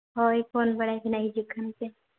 ᱦᱳᱭ ᱯᱷᱳᱱ ᱵᱟᱲᱟᱭ ᱯᱮ ᱱᱟᱜ ᱦᱤᱡᱩᱜ ᱠᱷᱟᱱ ᱯᱮ